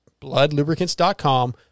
bloodlubricants.com